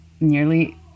nearly